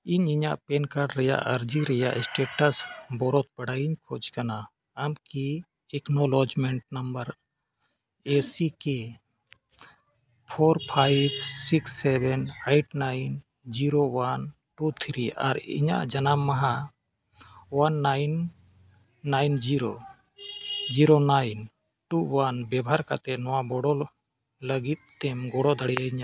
ᱤᱧ ᱤᱧᱟᱹᱜ PAN card ᱨᱮᱱᱟᱜ ᱟᱨᱡᱤ ᱨᱮᱱᱟᱜ ᱥᱴᱮᱴᱟᱥ ᱵᱟᱨᱮᱛᱮ ᱵᱟᱲᱟᱭᱤᱧ ᱠᱷᱚᱡᱽ ᱠᱟᱱᱟ ᱟᱢᱠᱤ acknowledgement number A C K four five six seven eight nine zero one two three ᱟᱨ ᱤᱧᱟᱹᱜ ᱡᱟᱱᱟᱢ ᱢᱟᱦᱟ one nine nine zero zero nine two one ᱵᱮᱵᱷᱟᱨ ᱠᱟᱛᱮᱫ ᱱᱚᱣᱟ ᱵᱤᱰᱟᱹᱣ ᱞᱟᱹᱜᱤᱫ ᱛᱮᱢ ᱜᱚᱲᱚ ᱫᱟᱲᱮᱭᱟᱹᱧᱟᱹ